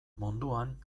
munduan